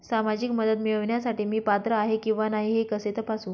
सामाजिक मदत मिळविण्यासाठी मी पात्र आहे किंवा नाही हे कसे तपासू?